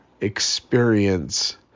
experience